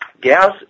Gas